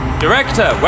Director